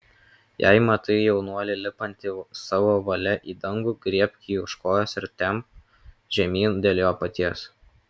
jei matai jaunuolį lipantį savo valia į dangų griebk jį už kojos ir temk žemyn dėl jo paties